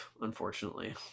unfortunately